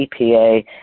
EPA